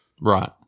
Right